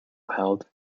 held